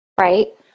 right